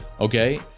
Okay